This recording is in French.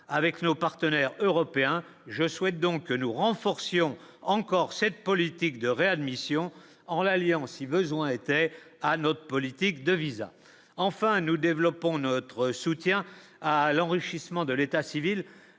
avec nos partenaires européens, je souhaite donc que nous renforcions encore cette politique de réadmission en l'Alliance il besoin était à notre politique de visas enfin nous développons notre soutien à l'enrichissement de l'état civil